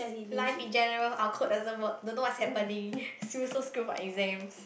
life in general our code doesn't work don't know what's happening Sue so screwed for exams